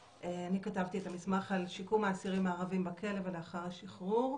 כתבתי את המסמך על שיקום האסירים הערבים בכלא ולאחר השחרור.